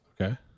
Okay